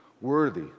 worthy